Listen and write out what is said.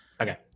Okay